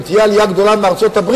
אם תהיה עלייה גדולה מארצות-הברית